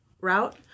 route